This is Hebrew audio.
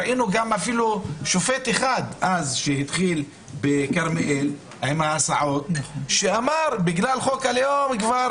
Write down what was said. ראינו אפילו שופט אחד שאמר בנושא ההסעות בכרמיאל שבגלל חוק הלאום כבר